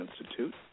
Institute